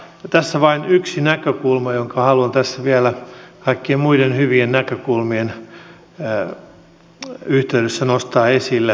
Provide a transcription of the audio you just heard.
tässä vain yksi näkökulma jonka haluan tässä vielä kaikkien muiden hyvien näkökulmien yhteydessä nostaa esille